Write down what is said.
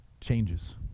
changes